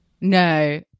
No